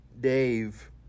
Dave